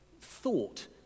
thought